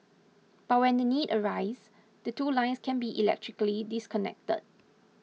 but when the need arises the two lines can be electrically disconnected